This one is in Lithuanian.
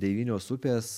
devynios upės